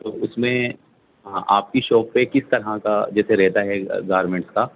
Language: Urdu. تو اس میں ہاں آپ کی شاپ پہ کس طرح کا جیسے رہتا ہے گارمنٹس کا